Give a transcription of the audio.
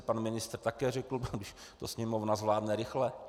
Pan ministr také řekl: když to Sněmovna zvládne rychle.